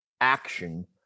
action